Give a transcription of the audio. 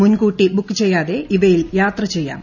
മുൻകൂട്ടി ബുക്കുചെയ്യാതെ ഇവയിൽ യാത്ര ചെയ്യാം